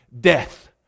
death